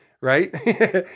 right